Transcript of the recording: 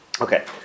Okay